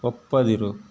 ಒಪ್ಪದಿರು